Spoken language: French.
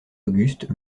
auguste